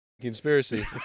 conspiracy